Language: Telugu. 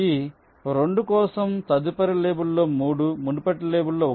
ఈ 2 కోసం తదుపరి లేబుల్ 3 మునుపటి లేబుల్ 1